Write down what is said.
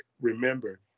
remember